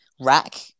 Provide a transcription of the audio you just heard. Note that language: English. rack